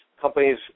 companies